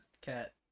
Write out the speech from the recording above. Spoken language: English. cat